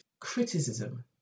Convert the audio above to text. criticism